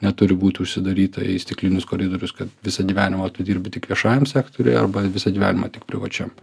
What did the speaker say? neturi būt užsidaryta į stiklinius koridorius kad visą gyvenimą tu dirbi tik viešajam sektoriuj arba visą gyvenimą tik privačiam